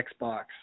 Xbox